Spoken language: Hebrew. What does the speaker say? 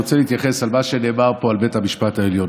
אני רוצה להתייחס למה שנאמר פה על בית המשפט העליון.